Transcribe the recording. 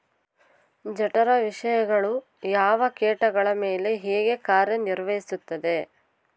ಜಠರ ವಿಷಯಗಳು ಯಾವ ಕೇಟಗಳ ಮೇಲೆ ಹೇಗೆ ಕಾರ್ಯ ನಿರ್ವಹಿಸುತ್ತದೆ?